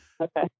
Okay